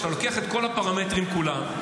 כשאתה לוקח את כל הפרמטרים כולם,